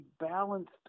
balanced